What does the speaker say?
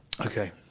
okay